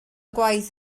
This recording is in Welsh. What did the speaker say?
gwaith